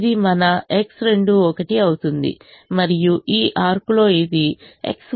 ఇది మన X21 అవుతుంది మరియు ఈ ఆర్క్లో ఇది X31